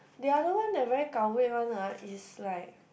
the other one that very gao wei one ah is like